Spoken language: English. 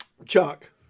Chuck